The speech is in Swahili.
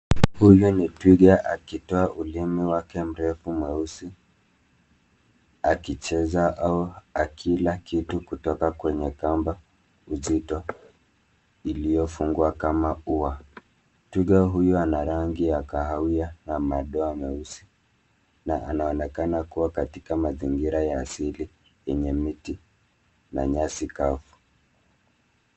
Huyo ni twiga akitoa ulimi wake mrefu, mweusi, akicheza au akila kitu kutoka kwenye kamba nzito iliyofungwa kama ua. Twiga huyo ana rangi ya kahawia na madoa meusi na anaoanekana kuwa katika mazingira ya asili yenye miti na nyasi kavu.